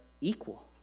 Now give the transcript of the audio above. equal